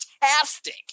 fantastic